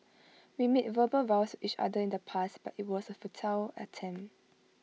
we made verbal vows each other in the past but IT was A futile attempt